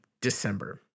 december